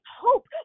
hope